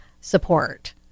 support